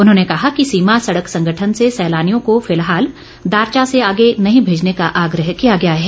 उन्होंने कहा कि सीमा सडक संगठन से सैलानियों को फिलहाल दारचा से आगे नहीं भेजने का आग्रह किया गया है